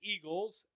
Eagles